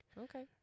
Okay